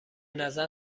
نظر